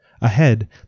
Ahead